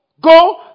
go